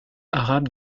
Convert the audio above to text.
arabe